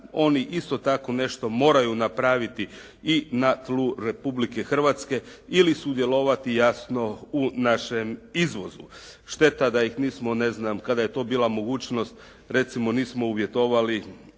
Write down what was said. oni isto tako nešto moraju napraviti i na tlu Republike Hrvatske ili sudjelovati jasno u našem izvozu. Šteta da ih nismo ne znam kada je to bila mogućnost, recimo nismo uvjetovali